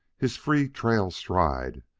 his free trail-stride,